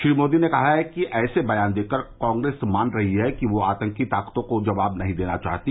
श्री मोदी ने कहा है कि ऐसे बयान र्दकर कांग्रेस मान रही है कि वह आतंकी ताकतों का जवाब नहीं देना चाहती